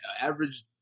average